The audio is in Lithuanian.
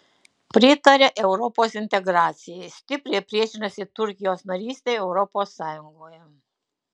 pritaria europos integracijai stipriai priešinasi turkijos narystei europos sąjungoje